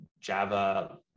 Java